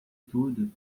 tudo